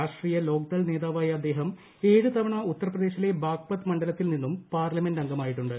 രാഷ്ട്രീയ ലോക് ദൾ നേതാവായ അദ്ദേഹം ഏഴ് തവണ ഉത്തർപ്രദേശിലെ ബാഗ്പത് മണ്ഡലത്തിൽ നിന്നും പാർലമെന്റ് അംഗമായിട്ടുണ്ട്